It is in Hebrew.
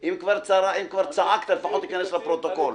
אם כבר צעקת אז לפחות תיכנס לפרוטוקול.